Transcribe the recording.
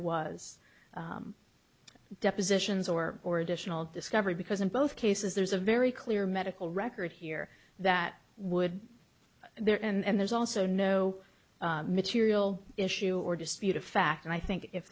was depositions or or additional discovery because in both cases there's a very clear medical record here that would there and there's also no material issue or disputed fact and i think if